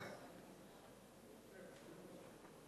לבוא ולהציג את הצעת חוק בתי-המשפט (תיקון,